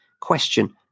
question